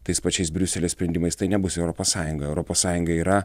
tais pačiais briuselio sprendimais tai nebus europos sąjunga europos sąjunga yra